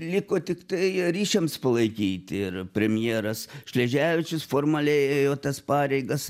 liko tiktai ryšiams palaikyti ir premjeras šleževičius formaliai ėjo tas pareigas